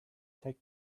take